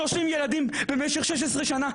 30 ילדים כל שנה במשך 16 שנה,